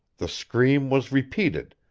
the scream was repeated,